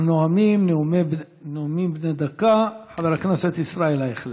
הנואמים נאומים בני דקה, חבר הכנסת ישראל אייכלר.